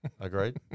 Agreed